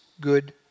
good